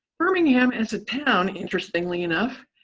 birmingham as a town, interestingly enough,